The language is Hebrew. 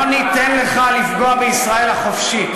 לא ניתן לך לפגוע בישראל החופשית.